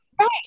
right